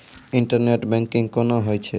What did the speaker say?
Internet banking कोना होय छै?